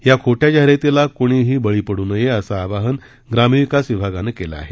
या खो िगा जाहिरातीला कुणीही बळी पडु नये असं आवाहन ग्रामविकास विभागानं केलं आहे